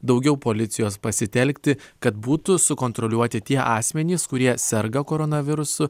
daugiau policijos pasitelkti kad būtų sukontroliuoti tie asmenys kurie serga koronavirusu